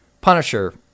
Punisher